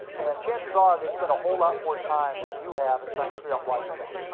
chances are, they spent a whole lot more time than you have in trying to figure out why to sell.